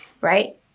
right